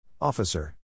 Officer